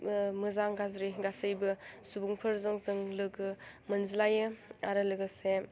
मोजां गाज्रि गासैबो सुबुंफोरजों जों लोगो मोनज्लायो आरो लोगोसे